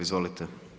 Izvolite.